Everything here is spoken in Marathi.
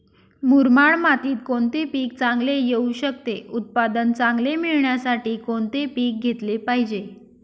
मुरमाड मातीत कोणते पीक चांगले येऊ शकते? उत्पादन चांगले मिळण्यासाठी कोणते पीक घेतले पाहिजे?